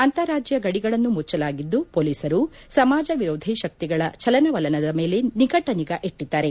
ಅಂತರಾಜ್ಯ ಗಡಿಗಳನ್ನು ಮುಚ್ವಲಾಗಿದ್ದು ಮೊಲೀಸರು ಸಮಾಜ ವಿರೋಧಿ ಶಕ್ತಿಗಳ ಚಲನ ವಲನದ ಮೇಲೆ ನಿಕಟ ನಿಗಾ ಇಟ್ಟಿದ್ದಾರೆ